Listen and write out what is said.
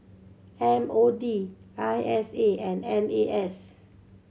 M O D I S A and N A S